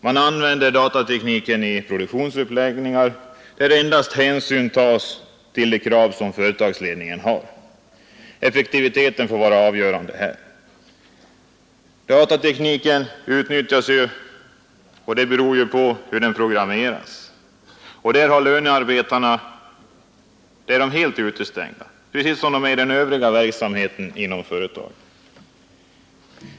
Man använder datatekniken vid produktionsuppläggningar, där hänsyn tas endast till de krav som företagsledningen har. Effektiviteten får vara avgörande här. Datateknikens utnyttjande beror på programmeringen. Därvidlag är lönearbetarna helt utestängda, precis som de är när det gäller den övriga verksamheten inom företagen.